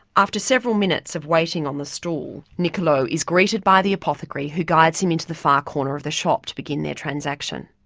after several minutes of waiting on the stool, niccolo is greeted by the apothecary who guides him into the far corner of the shop to begin their transaction.